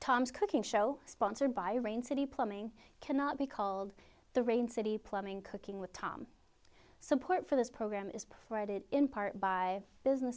tom's cooking show sponsored by rain city plumbing cannot be called the rain city plumbing cooking with tom support for this program is provided in part by business